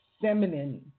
feminine